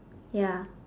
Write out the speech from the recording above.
ya